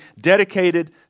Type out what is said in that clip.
dedicated